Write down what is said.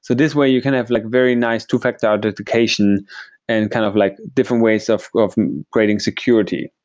so this way you can have like very nice two-factor authentication and kind of like different ways of of creating security.